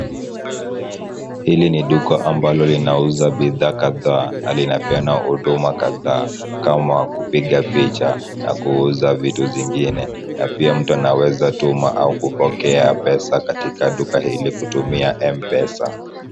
Hili ni duka ambalo linauza bidhaa kadhaa na linapeana huduma kadhaa kama kupiga picha na kuuza vitu zingine na pia mtu anaweza tuma au kupokea pesa katika duka hili kutumia M-Pesa.